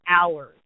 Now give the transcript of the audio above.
hours